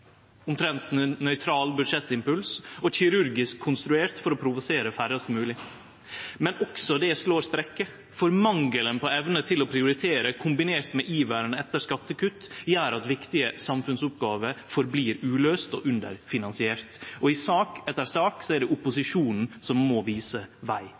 nøytral budsjettimpuls og kirurgisk konstruert for å provosere færrast mogleg. Men også det slår sprekkar, for mangelen på evne til å prioritere – kombinert med iveren etter skattekutt – gjer at viktige samfunnsoppgåver held fram med å vere uløyste og underfinansierte. Og i sak etter sak er det opposisjonen som må vise veg.